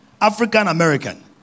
african-american